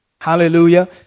Hallelujah